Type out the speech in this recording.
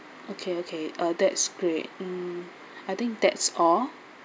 okay okay uh that's great mm I think that's all